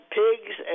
pigs